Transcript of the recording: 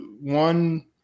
one